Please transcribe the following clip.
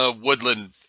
woodland